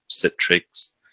Citrix